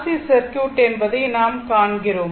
C circuit என்பதை நாம் காண்கிறோம்